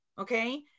okay